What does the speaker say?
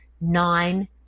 nine